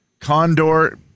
Condor